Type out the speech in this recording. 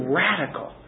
radical